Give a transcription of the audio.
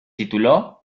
tituló